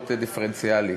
רעיון מצוין, לדעתי.